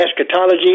eschatology